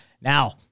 Now